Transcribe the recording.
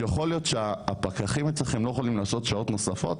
יכול להיות שהפקחים אצלכם לא יכולים לעשות שעות נוספות?